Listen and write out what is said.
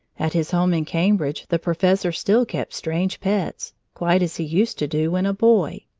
at his home in cambridge the professor still kept strange pets, quite as he used to do when a boy.